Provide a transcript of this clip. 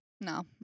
No